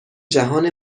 جهان